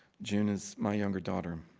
june is my younger daughter.